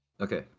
okay